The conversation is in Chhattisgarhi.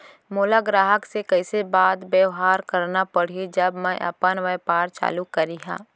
मोला ग्राहक से कइसे बात बेवहार करना पड़ही जब मैं अपन व्यापार चालू करिहा?